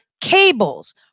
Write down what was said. cables